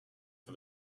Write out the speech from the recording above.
for